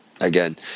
again